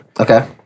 Okay